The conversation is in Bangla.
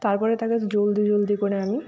তারপরে তাকে জলদি জলদি করে আমি